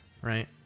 Right